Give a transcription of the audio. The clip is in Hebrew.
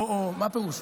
או מה פירוש?